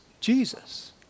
Jesus